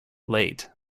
late